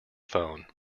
phone